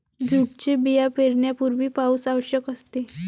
जूटचे बिया पेरण्यापूर्वी पाऊस आवश्यक असते